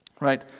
Right